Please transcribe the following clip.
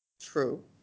True